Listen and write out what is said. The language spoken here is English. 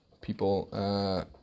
people